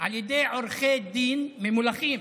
על ידי עורכי דין ממולחים